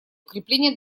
укрепления